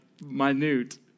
minute